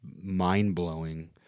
mind-blowing